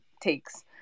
takes